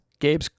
Gabe's